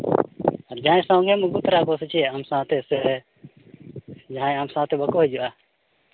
ᱟᱨ ᱡᱟᱦᱟᱸᱭ ᱥᱟᱶᱜᱮᱢ ᱟᱹᱜᱩ ᱛᱟᱨᱟ ᱠᱚ ᱥᱮ ᱪᱮᱫ ᱥᱮ ᱟᱢ ᱥᱟᱶᱛᱮ ᱥᱮ ᱡᱟᱦᱟᱸᱭ ᱟᱢ ᱥᱟᱶᱛᱮ ᱵᱟᱠᱚ ᱦᱤᱡᱩᱜᱼᱟ